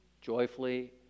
joyfully